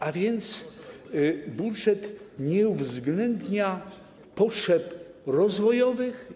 A więc budżet nie uwzględnia potrzeb rozwojowych.